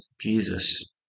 Jesus